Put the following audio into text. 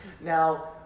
Now